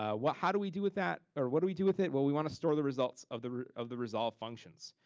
ah how do we do with that or what do we do with it? well we wanna store the results of the of the resolve functions.